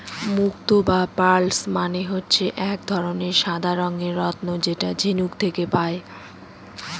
মুক্ত বা পার্লস মানে হচ্ছে এক ধরনের সাদা রঙের রত্ন যেটা ঝিনুক থেকে পায়